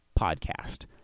podcast